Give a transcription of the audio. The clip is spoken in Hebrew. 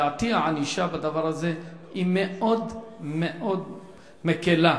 לדעתי הענישה בדבר הזה היא מאוד מאוד מקלה.